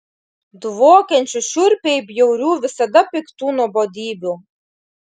dvokiančių šiurpiai bjaurių visada piktų nuobodybių